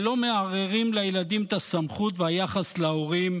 ולא מערערים לילדים את הסמכות והיחס להורים,